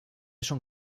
són